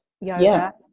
yoga